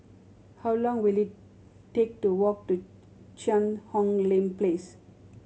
how long will it take to walk to Cheang Hong Lim Place